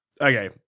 okay